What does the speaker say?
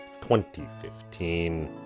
2015